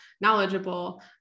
knowledgeable